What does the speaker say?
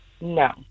No